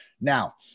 now